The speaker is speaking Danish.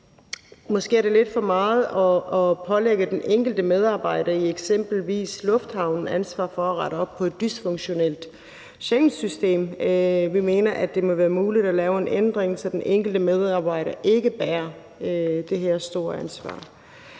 måske er lidt for meget at pålægge den enkelte medarbejder i eksempelvis en lufthavn et ansvar for at rette op på et dysfunktionelt Schengensystem. Vi mener, at det må være muligt at lave en ændring, så den enkelte medarbejder ikke bærer det her store ansvar.